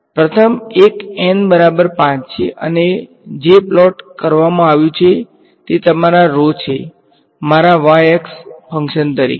તેથી પ્રથમ એક N બરાબર 5 છે અને જે પ્લોટ કરવામા આવી રહ્યું છે તે તમારા rho છે મારા y અક્ષ ફંકશન તરીકે